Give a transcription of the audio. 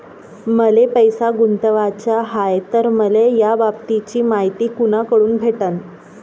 मले पैसा गुंतवाचा हाय तर मले याबाबतीची मायती कुनाकडून भेटन?